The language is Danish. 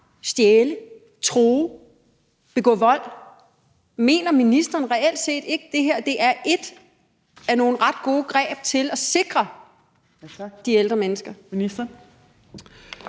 stjålet, truet, begået vold. Mener ministeren reelt set ikke, at det her er et af nogle ret gode greb til at sikre de ældre mennesker?